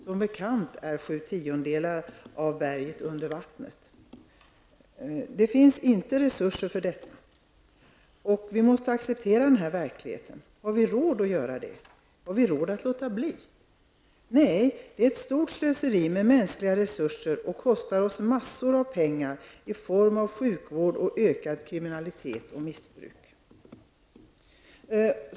Som bekant är sju tiondelar av berget under vattnet. Det finns inte resurser för detta. Vi måste acceptera denna verklighet. Har vi råd att göra det? Har vi råd att låta bli? Nej, det är ett stort slöseri med mänskliga resurser och kostar oss mängder med pengar i form av sjukvård, ökad kriminalitet och missbruk.